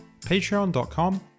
patreon.com